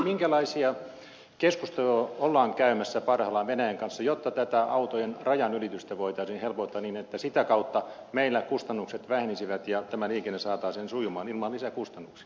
minkälaisia keskusteluja ollaan käymässä parhaillaan venäjän kanssa jotta tätä autojen rajanylitystä voitaisiin helpottaa niin että sitä kautta meillä kustannukset vähenisivät ja tämä liikenne saataisiin sujumaan ilman lisäkustannuksia